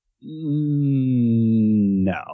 No